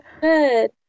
good